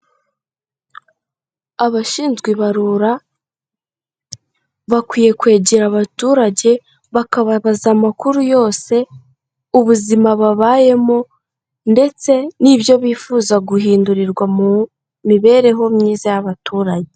Abashinzwe ibarura bakwiye kwegera abaturage, bakababaza amakuru yose, ubuzima babayemo ndetse n'ibyo bifuza guhindurirwa mu mibereho myiza y'abaturage.